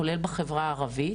כולל בחברה הערבית.